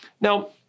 Now